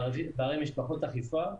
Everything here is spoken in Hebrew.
בערים יש פחות אכיפה.